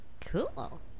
Cool